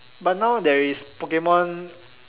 but now there is Pokemon